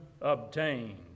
Obtained